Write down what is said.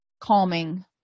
calming